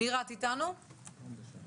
בבקשה, מירה סלומון מהמרכז לשלטון המקומי.